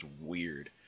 weird